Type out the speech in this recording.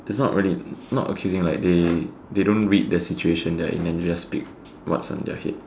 it's not really not accusing like they they don't read the situation they area in they just speak what's from their head